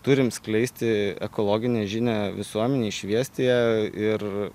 turim skleisti ekologinę žinią visuomenei šviesti ją ir